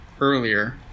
earlier